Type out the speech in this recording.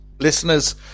listeners